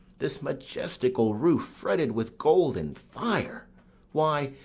this majestical roof fretted with golden fire why,